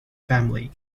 family